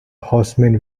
horsemen